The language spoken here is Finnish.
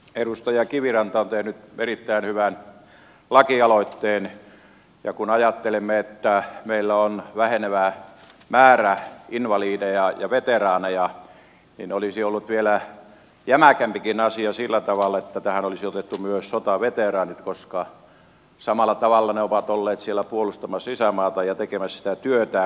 edustaja kiviranta on tehnyt erittäin hyvän lakialoitteen ja kun ajattelemme että meillä on vähenevä määrä invalideja ja veteraaneja niin asia olisi ollut vielä jämäkämpikin sillä tavalla että tähän olisi otettu myös sotaveteraanit koska samalla tavalla he ovat olleet siellä puolustamassa isänmaata ja tekemässä sitä työtä